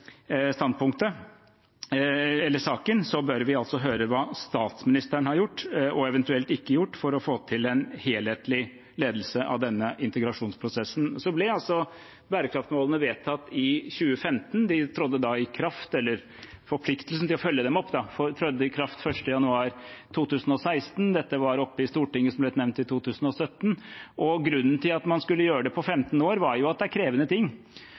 å få til en helhetlig ledelse av denne integrasjonsprosessen. Bærekraftsmålene ble vedtatt i 2015; forpliktelsen til å følge dem opp trådte i kraft 1. januar 2016. Dette var som nevnt oppe i Stortinget i 2017. Grunnen til at man skulle gjøre det på 15 år, var jo at det er krevende ting,